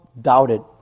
doubted